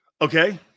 Okay